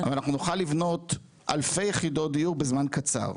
אנחנו נוכל לבנות אלפי יחידות דיור בזמן קצר,